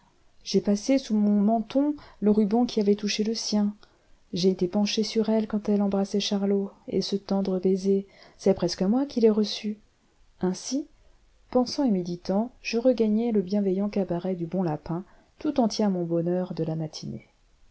j'ai passé sous mon menton le ruban qui avait touché le sien j'ai été penché sur elle quand elle embrassait charlot et ce tendre baiser c'est presque moi qui l'ai reçu ainsi pensant et méditant je regagnai le bienveillant cabaret du bon lapin tout entier à mon bonheur de la matinée